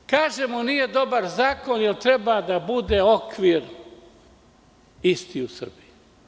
E sada, kažemo, nije dobar zakon, jel treba da bude okvir isti u Srbiji?